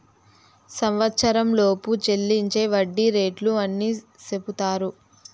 సంవచ్చరంలోపు చెల్లించే వడ్డీ రేటు అని సెపుతారు